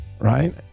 Right